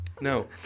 No